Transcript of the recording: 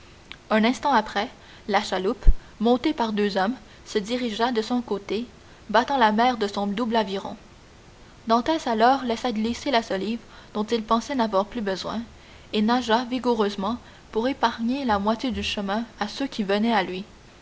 un instant après la chaloupe montée par deux hommes se dirigea de son côté battant la mer de son double aviron dantès alors laissa glisser la solive dont il pensait n'avoir plus besoin et nagea vigoureusement pour épargner la moitié du chemin à ceux qui venaient à lui